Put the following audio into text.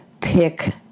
pick